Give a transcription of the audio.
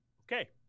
Okay